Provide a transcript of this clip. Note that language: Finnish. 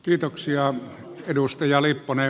kiitoksia edustaja lipponen